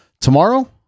tomorrow